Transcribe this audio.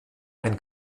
ein